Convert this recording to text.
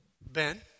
Ben